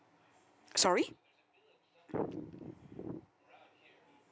sorry